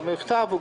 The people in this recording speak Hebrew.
מכתב: